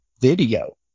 video